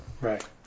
right